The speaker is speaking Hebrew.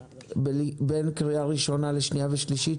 בין הקריאה הראשונה לקריאה שנייה ושלישית,